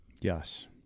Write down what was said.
Yes